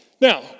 Now